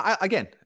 again